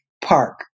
park